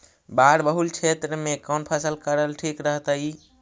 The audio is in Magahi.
बाढ़ बहुल क्षेत्र में कौन फसल करल ठीक रहतइ?